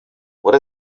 what